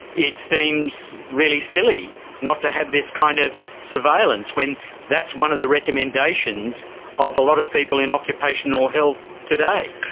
it seems really silly not to have this kind of surveillance when that's one of the recommendations of a lot of people in occupational health today.